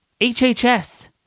HHS